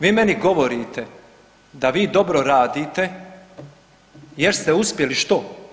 Vi meni govorite da vi dobro radite jer ste uspjeli što?